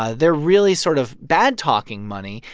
ah they're really sort of bad-talking money.